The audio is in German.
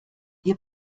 ihr